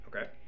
Okay